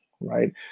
right